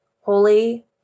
holy